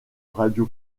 radio